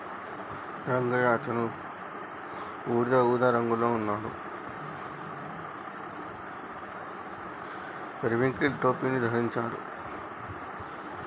రంగయ్య అతను బూడిద ఊదా రంగులో ఉన్నాడు, పెరివింకిల్ టోపీని ధరించాడు